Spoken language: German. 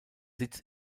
sitz